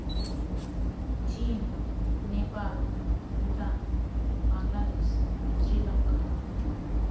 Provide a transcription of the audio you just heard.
chin Nepal Bhutan Bangladesh Sri Lanka